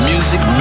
Music